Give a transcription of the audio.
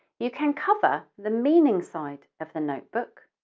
you can cover the meaning site of the notebook,